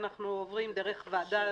אנחנו עוברים דרך ועדה